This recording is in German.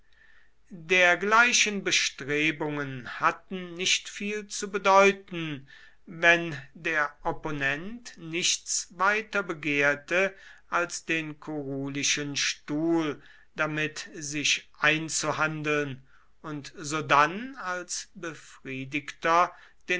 dergleichen bestrebungen hatten nicht viel zu bedeuten wenn der opponent nichts weiter begehrte als den kurulischen stuhl damit sich einzuhandeln und sodann als befriedigter